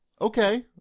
Okay